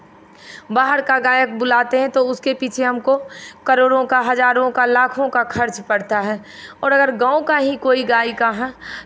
बाहर का गायक बुलाते हैं तो उसके पीछे हमको करोड़ों का हजारों का लाखों का खर्च पड़ता है और अगर गाँव का ही कोई गायिका है